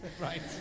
Right